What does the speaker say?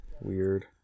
Weird